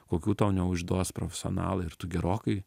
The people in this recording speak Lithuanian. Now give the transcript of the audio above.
kokių tau neužduos profesionalai ir tu gerokai